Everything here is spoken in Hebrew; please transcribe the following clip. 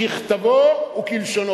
ככתבו וכלשונו,